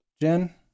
Jen